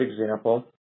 example